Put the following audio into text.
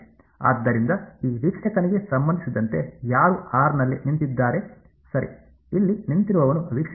ಆದ್ದರಿಂದ ಈ ವೀಕ್ಷಕನಿಗೆ ಸಂಬಂಧಿಸಿದಂತೆ ಯಾರು ಆರ್ನಲ್ಲಿ ನಿಂತಿದ್ದಾರೆ ಸರಿ ಇಲ್ಲಿ ನಿಂತಿರುವವನು ವೀಕ್ಷಕ